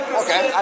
okay